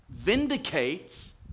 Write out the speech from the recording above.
Vindicates